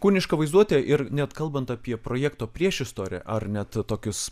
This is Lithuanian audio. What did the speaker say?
kūniška vaizduotė ir net kalbant apie projekto priešistorę ar net tokius